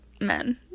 men